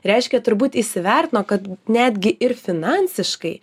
reiškia turbūt įsivertino kad netgi ir finansiškai